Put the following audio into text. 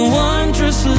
wondrous